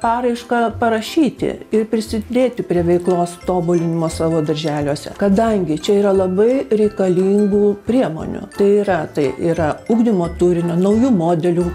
paraišką parašyti ir prisidėti prie veiklos tobulinimo savo darželiuose kadangi čia yra labai reikalingų priemonių tai yra tai yra ugdymo turinio naujų modelių